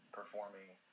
performing